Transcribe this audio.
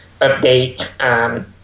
update